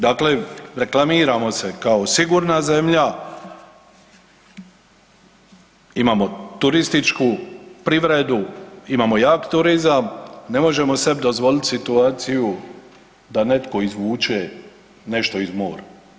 Dakle, reklamiramo se kao sigurna zemlja imamo turističku privredu, imamo jak turizam, ne možemo sebi dozvoliti situaciju da nešto izvuče nešto iz mora.